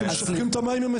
אתם שופכים את המים עם התינוק,